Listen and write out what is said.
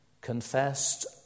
confessed